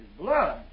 blood